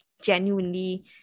Genuinely